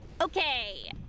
Okay